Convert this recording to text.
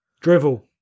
drivel